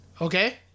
okay